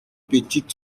petite